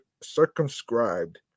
circumscribed